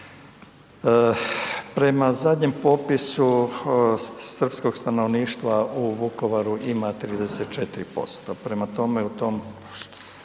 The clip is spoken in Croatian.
Prema zadnjem popisu srpskog stanovništva u Vukovaru ima 34%, prema tome u tom